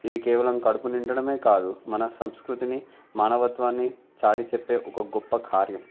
ఇది కేవలం కడుపు నిండడమే కాదు మన సంస్కృతిని మానవత్వాన్ని చాటి చెప్పే ఒక గొప్ప కార్యం